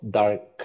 dark